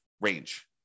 range